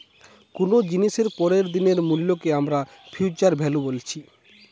কুনো জিনিসের পরের দিনের মূল্যকে আমরা ফিউচার ভ্যালু বলছি